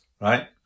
right